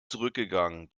zurückgegangen